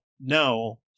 No